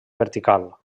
vertical